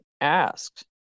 asked